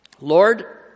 Lord